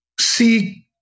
see